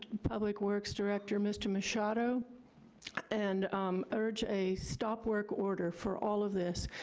public works director mr. machado and urge a stop work order for all of this.